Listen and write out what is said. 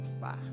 Bye